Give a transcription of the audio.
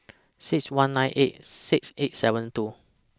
six one nine eight six eight seven two